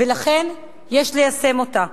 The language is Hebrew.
ולכן יש ליישם אותה.